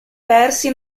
persi